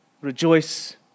Rejoice